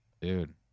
dude